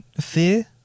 fear